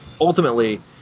ultimately